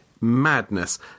Madness